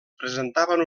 presentaven